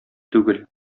түгел